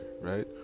right